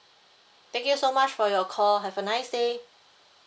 thank you so much for your call have a nice day